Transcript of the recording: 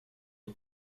les